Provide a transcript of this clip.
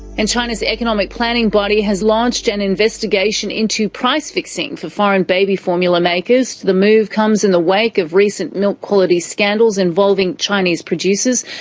and china's economic planning body has launched an investigation into price-fixing for foreign baby formula makers. the move comes in the wake of recent milk quality scandals involving chinese producers.